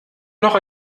noch